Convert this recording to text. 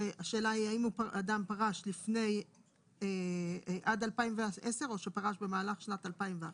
והשאלה היא האם אדם פרש עד 2010 או שפרש במהלך שנת 2011,